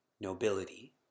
nobility